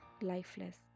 Lifeless